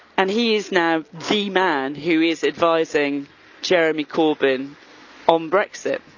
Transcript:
and he is now the man who is advising jeremy corbyn on brexit.